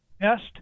best